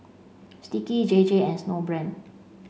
Sticky J J and Snowbrand